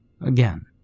Again